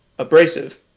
abrasive